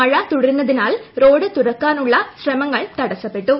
മഴ് തുടരുന്നതിനാൽ റോഡ് തുറക്കാനുള്ള ശ്രമങ്ങൾ തടസ്സപ്പെട്ടു